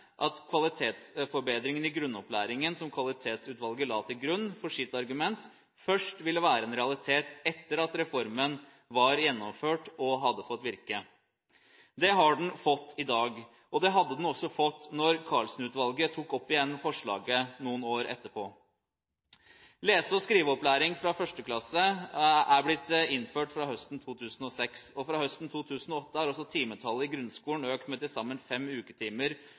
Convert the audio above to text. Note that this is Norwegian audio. at «en kvalitetsforbedring i grunnopplæringen som Kvalitetsutvalget la til grunn for sitt argument, først vil være en realitet etter at reformen er gjennomført og har fått virke». Det har den fått i dag, og det hadde den også fått da Karlsen-utvalget tok opp igjen forslaget noen år etterpå. Lese- og skriveopplæring fra 1. klasse er blitt innført fra høsten 2006. Fra høsten 2008 er også timetallet i grunnskolen økt med til sammen fem uketimer